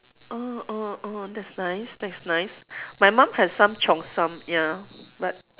orh orh orh that's nice that's nice my mum has some cheongsam ya but